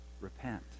Repent